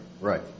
Right